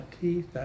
teeth